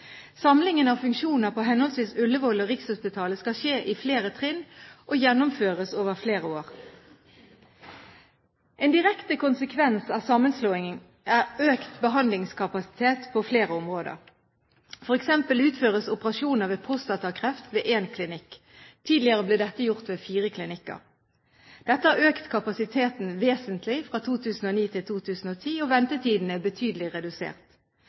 av funksjoner på henholdsvis Ullevål og Rikshospitalet skal skje i flere trinn og gjennomføres over flere år. En direkte konsekvens av sammenslåingen er økt behandlingskapasitet på flere områder. For eksempel utføres operasjoner ved prostatakreft ved én klinikk. Tidligere ble dette gjort ved fire klinikker. Dette har økt kapasiteten vesentlig fra 2009 til 2010, og ventetiden er betydelig redusert.